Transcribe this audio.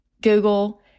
Google